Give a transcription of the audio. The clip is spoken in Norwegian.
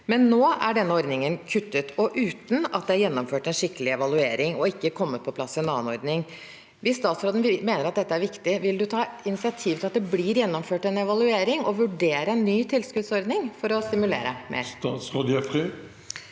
men nå er denne ordningen kuttet – uten at det er gjennomført en skikkelig evaluering, og det er heller ikke kommet på plass en annen ordning. Hvis statsråden mener at dette er viktig, vil hun ta initiativ til at det blir gjennomført en evaluering og vurdere en ny tilskuddsordning for å stimulere mer? Statsråd Lubna